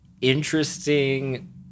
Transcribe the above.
interesting